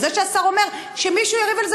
וזה שהשר אומר שמישהו יריב על זה,